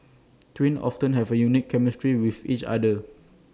twins often have A unique chemistry with each other